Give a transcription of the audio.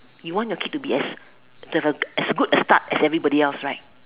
you want the kid to be as as good a start as everybody else right